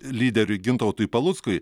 lyderiui gintautui paluckui